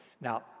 Now